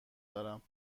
دارم